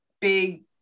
big